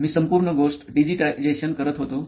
मी संपूर्ण गोष्ट डिजिटलायझेशन करत होतो